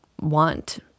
want